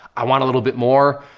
i want a little bit more.